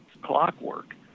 clockwork